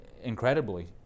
incredibly